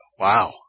Wow